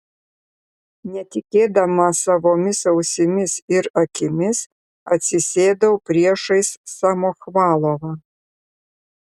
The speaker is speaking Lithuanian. netikėdama savomis ausimis ir akimis atsisėdau priešais samochvalovą